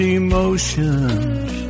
emotions